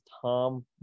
Tom